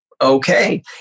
Okay